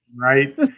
right